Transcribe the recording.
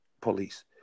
police